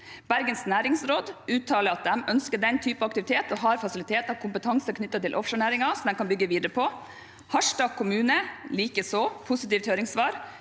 Bergens Næringsråd uttaler at de ønsker den type aktivitet og, at vi har fasiliteter og kompetanse knyttet til offshorenæringen vi kan bygge videre på. Harstad kommune har likeså positivt høringssvar.